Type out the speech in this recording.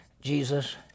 Jesus